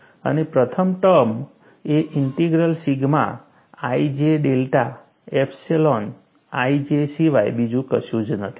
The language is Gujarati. અને પ્રથમ ટર્મ એ integral sigma ij delta epsilon ij સિવાય બીજું કશું જ નથી